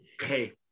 hey